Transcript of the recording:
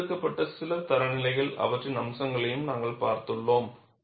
தேர்ந்தெடுக்கப்பட்ட சில தரநிலைகள் அவற்றின் அம்சங்களையும் நாங்கள் பார்த்துள்ளோம்